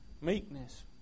Meekness